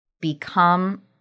become